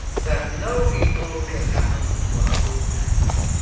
that no evil can happen to a good man,